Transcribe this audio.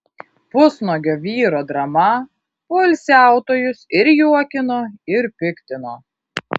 pusnuogio vyro drama poilsiautojus ir juokino ir piktino